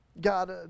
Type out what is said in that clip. God